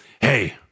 Hey